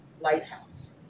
Lighthouse